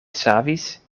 savis